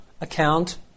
account